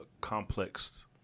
complex